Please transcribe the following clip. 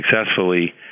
successfully